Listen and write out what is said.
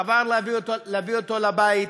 חבל להביא אותו לבית.